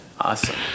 Awesome